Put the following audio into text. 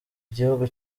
igihugu